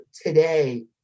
today